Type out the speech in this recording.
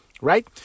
right